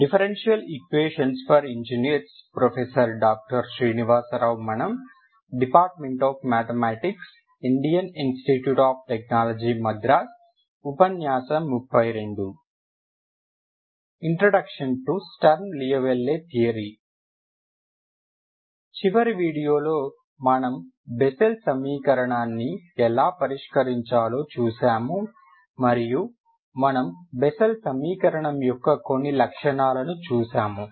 చివరి వీడియోలో మనము బెస్సెల్ సమీకరణాన్ని ఎలా పరిష్కరించాలో చూశాము మరియు మనము బెస్సెల్ సమీకరణం యొక్క కొన్ని లక్షణాలను చూశాము